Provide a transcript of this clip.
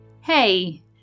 Hey